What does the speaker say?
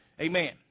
Amen